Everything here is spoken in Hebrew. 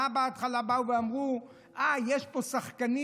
בהתחלה באו ואמרו: אה, יש פה שחקנים,